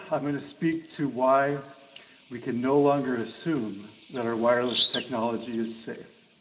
i'm going to speak to why we can no longer assume that our wireless technology is safe.